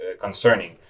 concerning